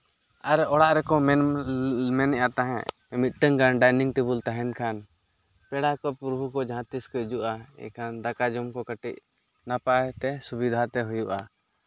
ᱟᱨ ᱚᱲᱟᱜ ᱨᱮᱠᱚ ᱢᱮᱱᱮᱫᱼᱟ ᱛᱟᱦᱮᱸᱫ ᱢᱤᱫᱴᱟᱝ ᱜᱟᱱ ᱰᱟᱭᱱᱤᱝ ᱴᱮᱵᱤᱞ ᱛᱟᱦᱮᱱ ᱠᱷᱟᱱ ᱯᱮᱲᱟ ᱠᱚ ᱯᱨᱚᱵᱷᱩ ᱠᱚ ᱡᱟᱦᱟᱸ ᱛᱤᱥ ᱠᱚ ᱦᱤᱡᱩᱜᱼᱟ ᱮᱱᱠᱷᱟᱱ ᱫᱟᱠᱟ ᱡᱚᱢ ᱠᱚ ᱠᱟᱹᱴᱤᱡ ᱱᱟᱯᱟᱭ ᱛᱮ ᱥᱩᱵᱤᱫᱷᱟ ᱛᱮ ᱦᱩᱭᱩᱜᱼᱟ